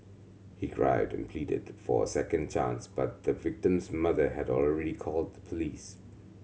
he cried and pleaded for a second chance but the victim's mother had already called the police